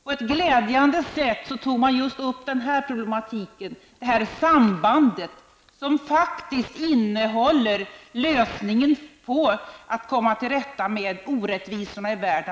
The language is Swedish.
På ett glädjande sätt tog man upp just denna problematik, detta samband som faktiskt innehåller lösningen när det gäller att komma till rätta med orättvisorna i världen.